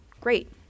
great